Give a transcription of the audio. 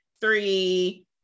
three